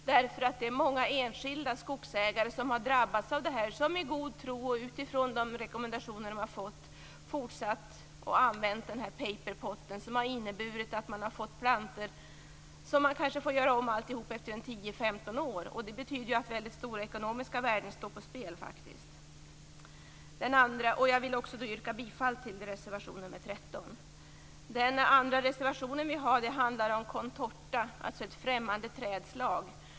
Det är många enskilda skogsägare som har drabbats av detta och som i god tro, utifrån de rekommendationer som de har fått, har fortsatt att använda denna paperpot. Det har inneburit att de har fått plantor som gör att de kanske får göra om allting efter 10-15 år. Det betyder att väldigt stora ekonomiska värden står på spel. Jag vill yrka bifall till reservation 13. Vår andra reservation handlar om contorta, alltså ett främmande trädslag.